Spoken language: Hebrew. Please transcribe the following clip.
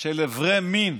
של איברי מין